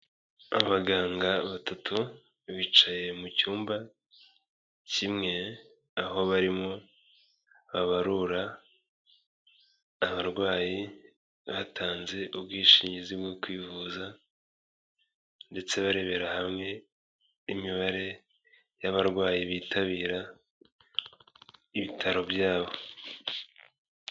Abaganga batatu, bicaye mu cyumba kimwe, aho barimo babarura, abarwayi batanze ubwishingizi bwo kwivuza, ndetse barebera hamwe imibare y'abarwayi bitabira, ibitaro byabo.